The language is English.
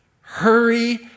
hurry